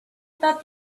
thought